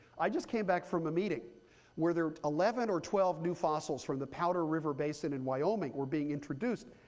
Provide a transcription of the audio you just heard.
i just came back from a meeting where there were eleven or twelve new fossils from the powder river basin in wyoming were being introduced,